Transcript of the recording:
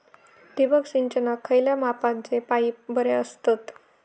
ठिबक सिंचनाक खयल्या मापाचे पाईप बरे असतत?